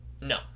No